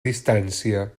distància